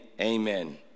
amen